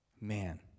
man